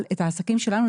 את העסקים שלנו,